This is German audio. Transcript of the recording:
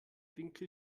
winkel